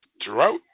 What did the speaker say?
throughout